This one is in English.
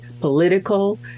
political